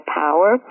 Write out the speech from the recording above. power